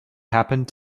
happened